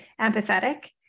empathetic